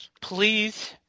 please